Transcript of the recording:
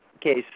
case –